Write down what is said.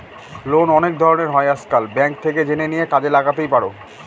loan অনেক ধরনের হয় আজকাল, ব্যাঙ্ক থেকে জেনে নিয়ে কাজে লাগাতেই পারো